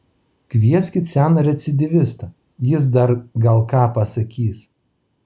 kvieskit seną recidyvistą jis dar gal ką pasakys